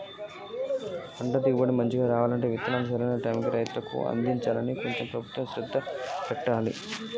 పంట దిగుబడి మంచిగా రావాలంటే విత్తనాలు సరైన టైముకు రైతులకు అందాలి కొంచెం ప్రభుత్వం శ్రద్ధ పెట్టాలె